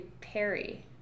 Perry